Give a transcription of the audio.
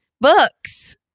Books